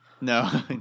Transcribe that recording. no